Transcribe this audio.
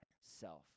self